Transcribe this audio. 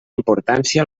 importància